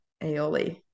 aioli